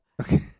Okay